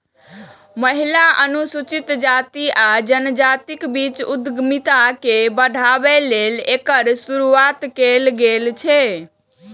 महिला, अनुसूचित जाति आ जनजातिक बीच उद्यमिता के बढ़ाबै लेल एकर शुरुआत कैल गेल छै